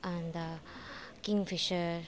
अन्त king fissure